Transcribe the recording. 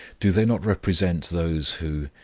do they not represent those who,